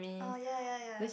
oh ya ya ya